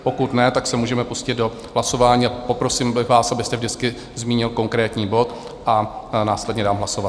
Pokud ne, tak se můžeme pustit do hlasování a poprosím bych vás, abyste vždycky zmínil konkrétní bod, a následně dám hlasovat.